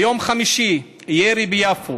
ביום חמישי ירי ביפו,